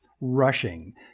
rushing